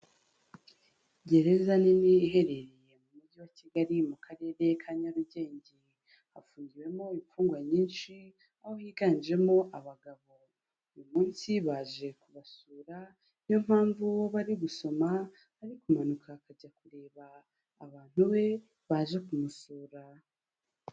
Gereza nini iherereye mu Mujyi wa Kigali, mu Karere ka Nyarugenge, hafungiwemo imfungwa nyinshi, aho higanjemo abagabo, uyu munsi baje kubasura niyo mpamvu uwo bari gusoma ari kumanuka akajya kureba abantu be baje kumusura.